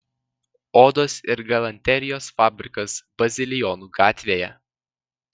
odos ir galanterijos fabrikas bazilijonų gatvėje